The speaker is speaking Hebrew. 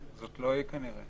היא הייתה שנתיים